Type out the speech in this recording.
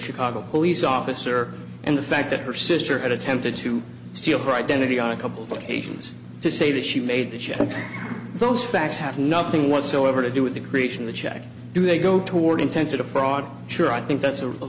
chicago police officer and the fact that her sister had attempted to steal her identity on a couple of occasions to say that she made the check those facts have nothing whatsoever to do with the grecian the check do they go toward intent to defraud sure i think that's a